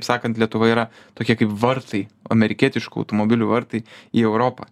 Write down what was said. sakant lietuva yra tokie kaip vartai amerikietiškų automobilių vartai į europą